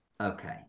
Okay